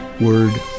Word